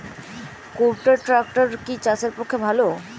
কুবটার ট্রাকটার কি চাষের পক্ষে ভালো?